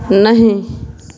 नहीं